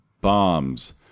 bombs